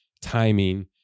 timing